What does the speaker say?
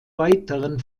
weiteren